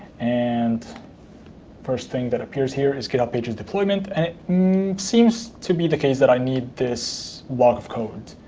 and first thing that appears here is github pages deployment. and it seems to be the case that i need this block of code.